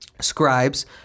scribes